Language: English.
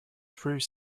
through